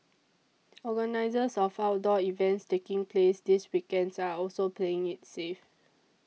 organisers of outdoor events taking place this weekends are also playing it's safe